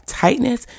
tightness